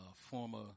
former